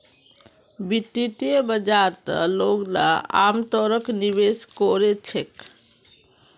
वित्तीय बाजारत लोगला अमतौरत निवेश कोरे छेक